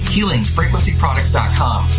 HealingFrequencyProducts.com